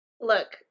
Look